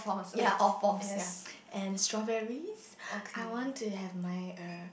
ya all forms ya and strawberries I want to have my err